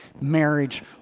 marriage